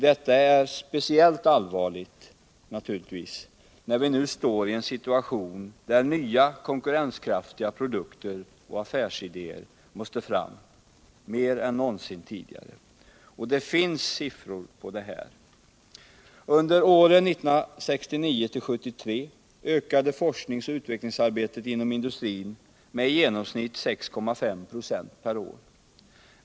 Detta är naturligtvis speciellt allvarligt när vi nu står i en situation där nya konkurrenskraftiga produkter och affärsidéer måste fram mer än någonsin tidigare. Under åren 1969 till 1973 ökade forskningsoch utvecklingsarbetet inom industrin med i genomsnitt 6,5 26 per år.